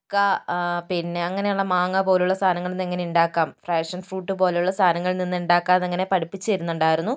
ചക്ക പിന്നെ അങ്ങനെയുള്ള മാങ്ങ പോലുള്ള സാധനങ്ങളിൽ നിന്ന് എങ്ങനെയുണ്ടാക്കാം പാഷൻ ഫ്രൂട്ട് പോലുള്ള സാധനങ്ങളിൽ നിന്ന് എങ്ങനെ ഉണ്ടാക്കാമെന്ന് പഠിപ്പിച്ചു തരുന്നുണ്ടായിരുന്നു